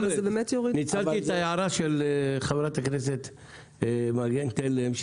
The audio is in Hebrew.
ניצלתי את ההערה של חברת הכנסת מגן תלם,